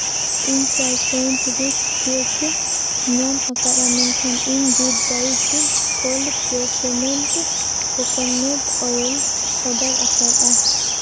ᱤᱧ Chai Point rusk cake ᱧᱟᱢ ᱟᱠᱟᱫᱟ ᱢᱮᱱᱠᱷᱟᱱ ᱤᱧ good diet cold pressed coconut oil order ᱟᱠᱟᱫᱼᱟ